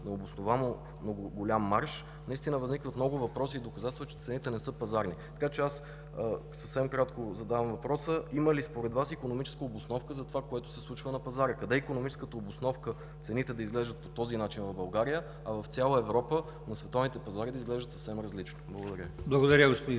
необосновано голям марж, наистина възникват много въпроси и доказателства, че цените не са пазарни. Така че съвсем кратко задавам въпроса: има ли според Вас икономическа обосновка за това, което се случва на пазара? Къде е икономическата обосновка цените в България да изглеждат по този начин, а в цяла Европа, на световните пазари да изглеждат съвсем различно? Благодаря Ви.